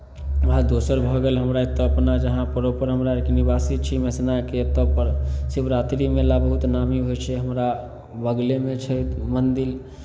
अहाँ दोसर भऽ गेल हमरा एतय अपना जहाँ प्रोपर हमरा आरके निवासी छी मसिनाके एतय पर शिवरात्रि मेला बहुत नामी होइ छै हमरा बगलेमे छै मन्दिल